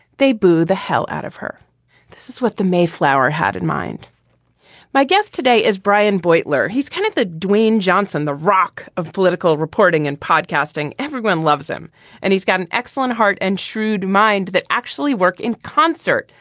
they boo the hell out of her this is what the mayflower had in mind my guest today is brian beutler. he's kind of the dwayne johnson, the rock of political reporting and podcasting. everyone loves him and he's got an excellent heart and shrewd mind that actually worked in concert,